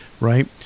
right